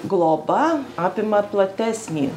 globa apima platesnį